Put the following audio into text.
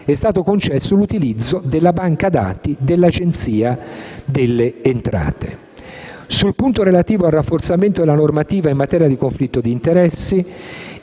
è stato concesso l'utilizzo della banca dati dell'Agenzia delle entrate. Sul punto relativo al rafforzamento della normativa in materia di conflitto di interessi,